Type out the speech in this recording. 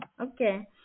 Okay